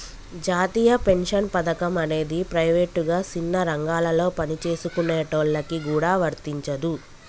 జాతీయ పెన్షన్ పథకం అనేది ప్రైవేటుగా సిన్న రంగాలలో పనిచేసుకునేటోళ్ళకి గూడా వర్తించదు